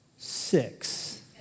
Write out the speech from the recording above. Six